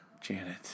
Janet